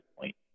point